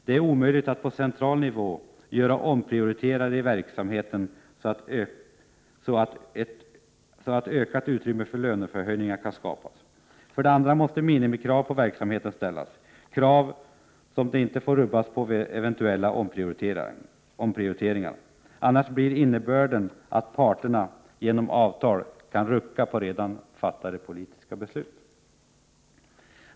Det är omöjligt att på central nivå göra omprioriteringar i verksamheten så att ökat utrymme för lönehöjningar kan skapas. För det tredje måste minimikrav på verksamheten ställas — krav som inte får rubbas vid eventuella omprioriteringar. Annars blir innebörden att parterna genom avtal kan rucka på redan fattade politiska beslut.